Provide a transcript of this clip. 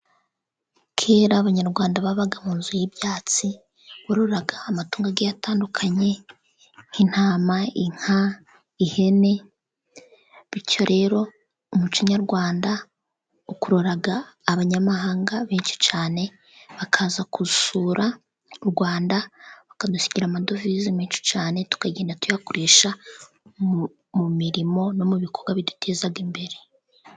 Kera, Abanyarwanda babaga mu nzu y'ibyatsi, bororaga amatungo agiye atandukanye nk'intama, inka, ihene, bityo rero umuco nyarwanda ukurura abanyamahanga benshi cyane, bakaza gusura u Rwanda, bakadusigira amadovize menshi cyane tukagenda tuyakoresha mu mirimo no mu bikorwa biduteza imbere.